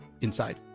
inside